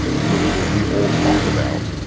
if you look at what we all talked about,